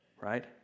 right